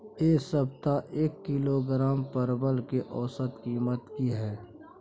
ऐ सप्ताह एक किलोग्राम परवल के औसत कीमत कि हय?